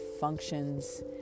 functions